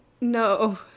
no